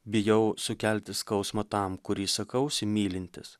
bijau sukelti skausmą tam kurį sakausi mylintis